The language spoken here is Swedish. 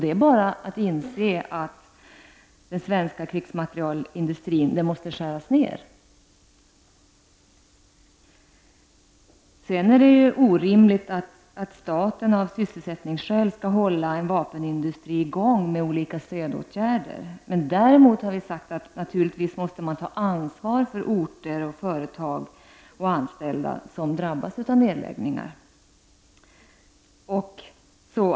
Det är bara att inse att nedskärningar måste till inom den svenska krigsmaterielindustrin. Sedan är det orimligt att staten av sysselsättningsskäl skall hålla en vapenindustri i gång genom olika stödåtgärder. Däremot har vi sagt att man naturligtvis måste ta ansvar för orter, företag och anställda som drabbas av nedläggningar.